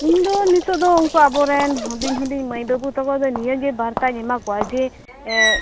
ᱤᱧᱫᱚ ᱱᱤᱛᱳᱜ ᱫᱚ ᱩᱱᱠᱩᱣᱟ ᱟᱵᱚᱨᱮᱱ ᱦᱩᱰᱤᱧ ᱦᱩᱰᱤᱧ ᱢᱟᱹᱭ ᱵᱟ ᱵᱩ ᱛᱟᱠᱚᱫᱚ ᱱᱤᱭᱟᱹᱜᱮ ᱵᱟᱨᱛᱟᱧ ᱮᱢᱟᱠᱚᱣᱟ ᱡᱮ